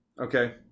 Okay